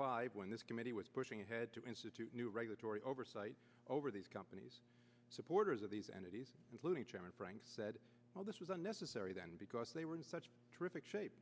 five when this committee was pushing ahead to institute new regulatory oversight over these companies supporters of these entities including challenge frank said well this was unnecessary then because they were in such terrific shape